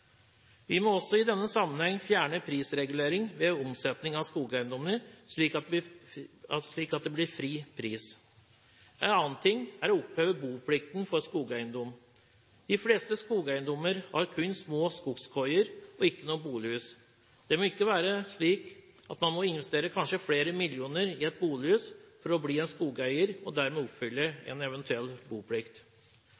Vi må også i denne sammenheng fjerne prisregulering ved omsetning av skogeiendommer, slik at det blir fri pris. En annen ting er å oppheve boplikten for skogeiendom. De fleste skogeiendommer har kun små skogskoier og ikke noe bolighus. Det må ikke være slik at man kanskje må investere flere millioner i et bolighus for å bli en skogeier, og dermed oppfylle